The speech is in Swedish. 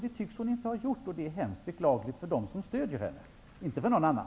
Det tycks hon inte ha gjort, och det är hemskt beklagligt för dem som stödjer henne -- inte för någon annan!